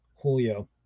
Julio